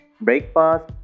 breakfast